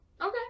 Okay